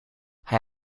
hij